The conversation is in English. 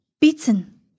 beaten